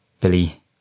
Billy